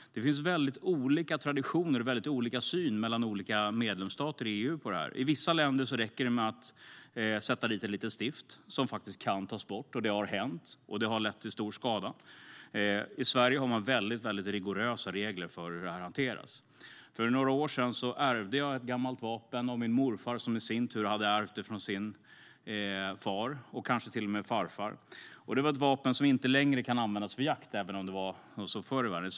Det finns väldigt olika traditioner och olika syn på det här mellan olika medlemsstater i EU. I vissa länder räcker det med att sätta dit ett litet stift, men detta kan faktiskt tas bort, något som också har hänt, vilket har lett till stor skada. I Sverige har man dock väldigt rigorösa regler för hur det här ska hanteras. För några år sedan ärvde jag ett gammalt vapen av min morfar, som i sin tur hade ärvt det av sin far, kanske till och med av sin farfar. Detta vapen kan inte längre användas för jakt. Det är ett svartkrutsvapen, som förr i världen.